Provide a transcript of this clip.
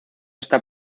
está